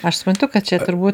aš suprantu kad čia turbūt